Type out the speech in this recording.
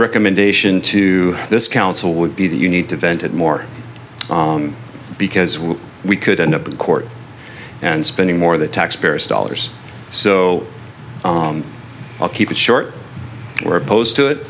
recommendation to this council would be that you need to vent it more because we could end up in court and spending more of the taxpayers dollars so on i'll keep it short or opposed to it